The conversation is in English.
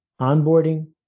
onboarding